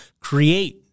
create